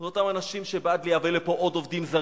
אלה אותם אנשים שהם בעד לייבא לפה עוד עובדים זרים,